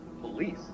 police